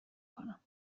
کنم